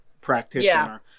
practitioner